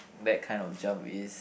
that kind of jump is